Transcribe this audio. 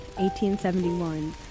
1871